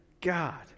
God